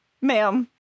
ma'am